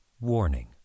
Warning